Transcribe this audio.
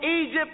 Egypt